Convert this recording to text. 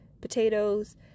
potatoes